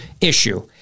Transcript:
issue